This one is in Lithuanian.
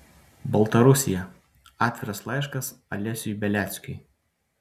baltarusija atviras laiškas alesiui beliackiui